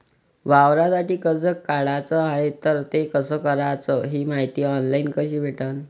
वावरासाठी कर्ज काढाचं हाय तर ते कस कराच ही मायती ऑनलाईन कसी भेटन?